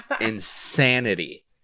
insanity